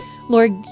Lord